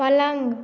पलङ्ग